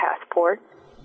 passport